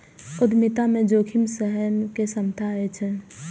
उद्यमिता मे जोखिम सहय के क्षमता होइ छै